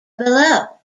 below